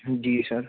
ہوں جی سر